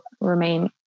remain